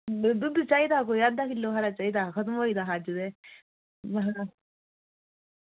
दुद्ध चाहिदा कोई अद्धा किलो हारा चाहिदा हा खतम होई गेदा हा अज्ज ते महां